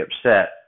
upset